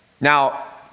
Now